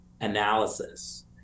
analysis